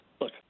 Look